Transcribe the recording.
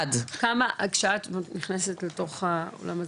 כשאת נכנסת לתוך העולם הזה,